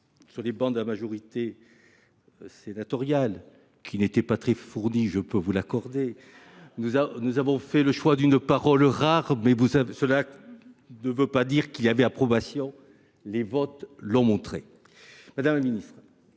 sur les travées de la majorité sénatoriale – elles n’étaient pas très fournies, je peux vous l’accorder –, d’une parole rare, mais cela ne veut pas dire qu’il y avait approbation. Les votes l’ont montré. Madame la ministre,